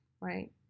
right